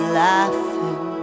laughing